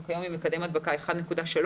היום אנחנו עם מקדם הדבקה 1.3,